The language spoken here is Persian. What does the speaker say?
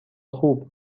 خوب